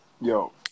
Yo